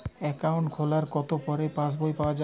Account খোলার কতো পরে পাস বই পাওয়া য়ায়?